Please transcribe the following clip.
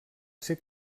ser